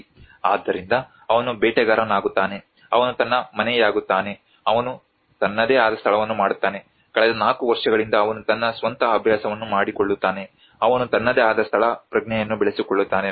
ಆದ್ದರಿಂದ ಅವನು ಬೇಟೆಗಾರನಾಗುತ್ತಾನೆ ಅವನು ತನ್ನ ಮನೆಯಾಗುತ್ತಾನೆ ಅವನು ತನ್ನದೇ ಆದ ಸ್ಥಳವನ್ನು ಮಾಡುತ್ತಾನೆ ಕಳೆದ 4 ವರ್ಷಗಳಿಂದ ಅವನು ತನ್ನ ಸ್ವಂತ ಅಭ್ಯಾಸವನ್ನು ಮಾಡಿಕೊಳ್ಳುತ್ತಾನೆ ಅವನು ತನ್ನದೇ ಆದ ಸ್ಥಳ ಪ್ರಜ್ಞೆಯನ್ನು ಬೆಳೆಸಿಕೊಳ್ಳುತ್ತಾನೆ